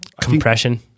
compression